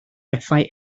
bethau